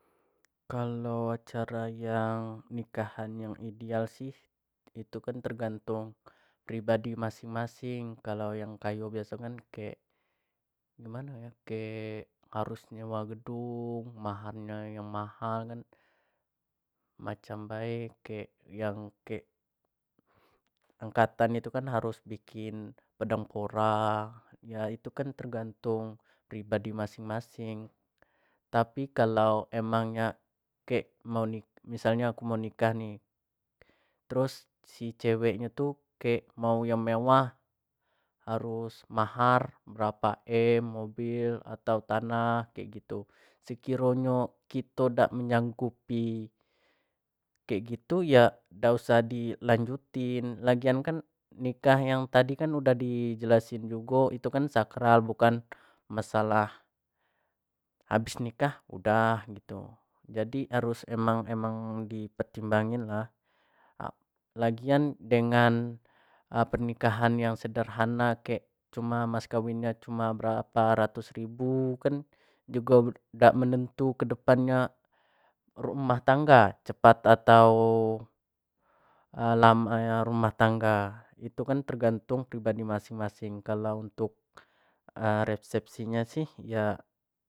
Kalo acara yang nikahan yang ideal sih itu kan tergantung pribadi masing-masing kalau yang kayo biaso kan kek gimano yo kek harus nyewa gedung, mahar nyo yang mahal kan macam bae kek yang kek angkatan nyo tu kan harus bikin pedang pora, iya itu kan tergantung pribadi masing-masing tapi kalau emang nya kek mau nikah missal nyo aku mau nikah ni, terus sicewek nyo tu kek mau yang mewah harus yang mahar berapo m mobil atau tanah kek gitu sekiro nyo kiot dak menyanggupi kek gitu ya dak usah di lanjutin, ya lagian kan nikah yang tadi kan udah di jelasin jugo itu kan sacral bukan masalah habis nikah udah gitu, jadi harus emang-emang di pertimbangin lah, lagian dengan nikahan yang sederhana kek cuma mas kawin nyo berapa ratus ribu kan dak menentu kedepan nya rumah tangga cepat tau lambat rumah tangga itu kan tergantung pribadi masing-masing kalau untuk resepsi nyo sih iya.